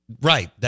Right